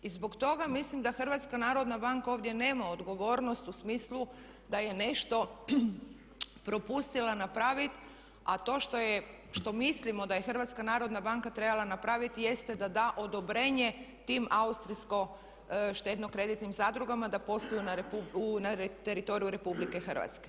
I zbog toga mislim da HNB ovdje nema odgovornost u smislu da je nešto propustila napraviti, a to što mislimo da je HNB trebala napraviti jeste da da odobrenje tim austrijsko štedno-kreditnim zadrugama da posluju na teritoriju RH.